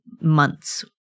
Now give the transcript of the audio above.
months